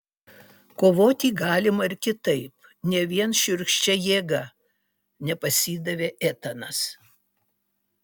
kovoti galima ir kitaip ne vien šiurkščia jėga nepasidavė etanas